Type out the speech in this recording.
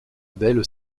belle